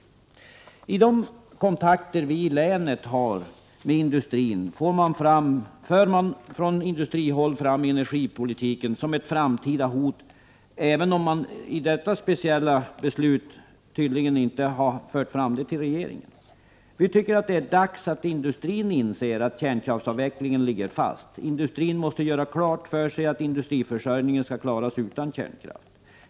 Vid de kontakter vi i länet har med industrin för man från industrihåll fram uppfattningen att energipolitiken utgör ett framtida hot, även om man i samband med detta speciella beslut tydligen inte har fört fram den synpunkten till regeringen. Vi tycker att det är dags att industrin inser att kärnkraftsavvecklingen ligger fast och att industriförsörjningen skall klaras utan kärnkraft.